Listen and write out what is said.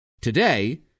Today